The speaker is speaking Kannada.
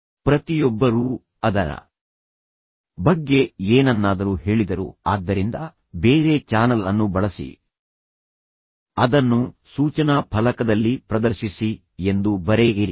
ಪ್ರತಿಯೊಬ್ಬರೂ ಅದರ ಬಗ್ಗೆ ಏನನ್ನಾದರೂ ಹೇಳಿದರು ಆದ್ದರಿಂದ ಬೇರೆ ಚಾನಲ್ ಅನ್ನು ಬಳಸಿ ಅದನ್ನು ಸೂಚನಾ ಫಲಕದಲ್ಲಿ ಪ್ರದರ್ಶಿಸಿ ಎಂದು ಬರೆಯಿರಿ